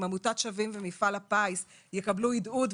עמותת שווים ומפעל הפיס יקבלו הדהוד.